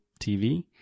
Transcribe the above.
TV